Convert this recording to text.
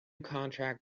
contract